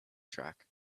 track